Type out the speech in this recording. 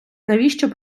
навіщо